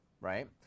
Right